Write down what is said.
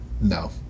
No